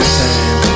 time